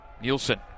Nielsen